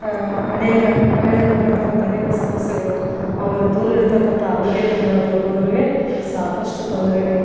ಅನೇಕ ಮಹಿಳೆಯರನ್ನು ಕಾಡತಕ್ಕಂಥ ಅನೇಕ ಸಮಸ್ಯೆಗಳು ಅವರು ದೂರ ಇರತಕ್ಕಂಥ ಆರೋಗ್ಯ ಕೇಂದ್ರಗಳನ್ನು ತಲುಪೋದ್ರಲ್ಲಿ ಸಾಕಷ್ಟು ತೊಂದರೆಗೆ